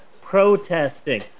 protesting